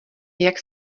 jak